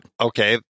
Okay